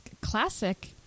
classic